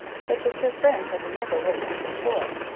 such as her friends had never witnessed before.